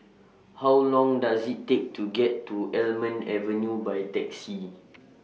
How Long Does IT Take to get to Almond Avenue By Taxi